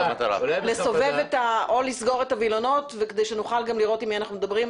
אם אתה יכול לסגור את הווילונות כדי שנוכל לראות עם מי אנחנו מדברים.